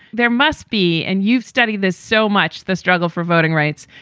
there must be. and you've studied this so much, the struggle for voting rights.